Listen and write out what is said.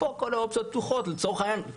פה כל האופציות פתוחות כולל,